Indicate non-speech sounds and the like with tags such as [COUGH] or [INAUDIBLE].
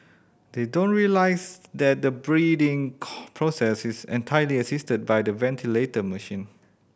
they don't realise that the breathing [UNINTELLIGIBLE] process is entirely assisted by the ventilator machine